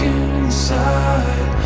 inside